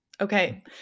Okay